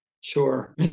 Sure